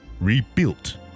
rebuilt